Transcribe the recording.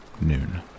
noon